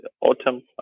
autumn